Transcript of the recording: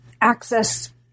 access